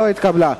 נתקבלה.